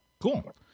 Cool